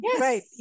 Right